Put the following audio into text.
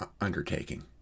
undertaking